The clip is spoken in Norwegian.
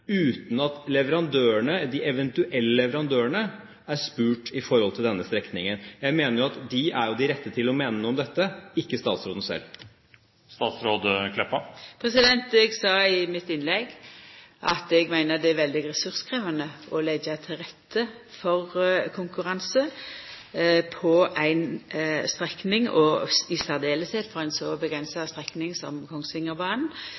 uten at de eventuelle leverandørene er spurt når det gjelder denne strekningen? Jeg mener at de er jo de rette til å mene noe om dette, ikke statsråden selv. Eg sa i innlegget mitt at eg meiner det er veldig ressurskrevjande å leggja til rette for konkurranse på ei strekning, og særleg på ei så avgrensa strekning som Kongsvingerbanen, samtidig som eg òg meiner det er ressurskrevjande å delta i